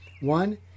One